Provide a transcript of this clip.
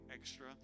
extra